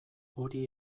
hori